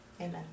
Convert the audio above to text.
Amen